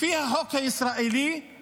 לפי החוק הישראלי זה